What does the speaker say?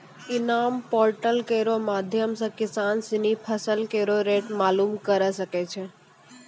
इनाम पोर्टल केरो माध्यम सें किसान सिनी फसल केरो रेट मालूम करे सकै छै